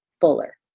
Fuller